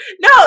No